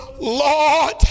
Lord